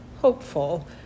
hopeful